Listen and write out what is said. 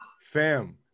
Fam